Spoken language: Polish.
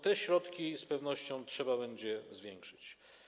Te środki z pewnością trzeba będzie zwiększyć.